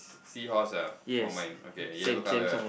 seahorse ah from mine okay yellow colour ah